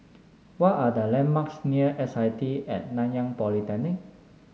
what are the landmarks near S I T At Nanyang Polytechnic